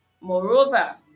Moreover